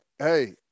hey